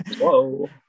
Whoa